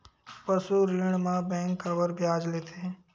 पशु ऋण म बैंक काबर ब्याज लेथे?